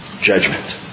Judgment